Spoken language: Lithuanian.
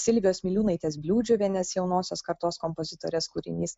silvijos miliūnaitės bliūdžiuvienės jaunosios kartos kompozitorės kūrinys